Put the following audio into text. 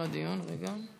דיון ואז הצבעה.